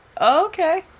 okay